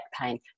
pain